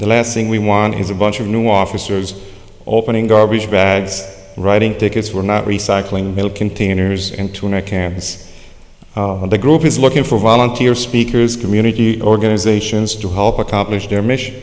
the last thing we want is a bunch of new officers opening garbage bags writing tickets we're not recycling metal containers into americans the group is looking for volunteer speakers community organizations to help accomplish their mission